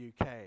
UK